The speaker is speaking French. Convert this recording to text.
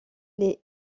les